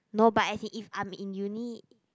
not but as in if I'm in uni